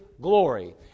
glory